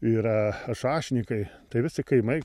yra ašašnykai tai visi kaimai